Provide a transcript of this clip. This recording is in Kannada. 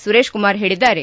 ಸುರೇಶ್ ಕುಮಾರ್ ಹೇಳಿದ್ದಾರೆ